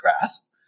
grasp